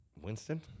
Winston